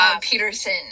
Peterson